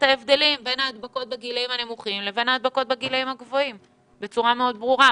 בצורה מאוד ברורה,